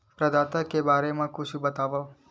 प्रदाता के बारे मा कुछु बतावव?